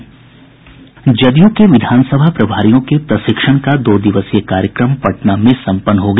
जदयू के विधान सभा प्रभारियों के प्रशिक्षण का दो दिवसीय कार्यक्रम पटना में सम्पन्न हो गया